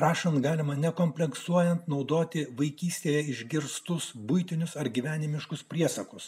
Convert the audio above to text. rašant galima nekompleksuojant naudoti vaikystėje išgirstus buitinius ar gyvenimiškus priesakus